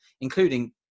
including